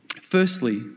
firstly